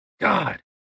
God